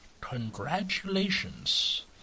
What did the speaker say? Congratulations